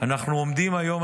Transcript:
אנחנו עומדים היום,